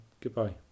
goodbye